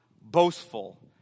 boastful